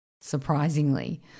surprisingly